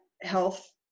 health